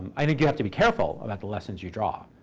i think you have to be careful about the lessons you draw.